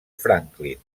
franklin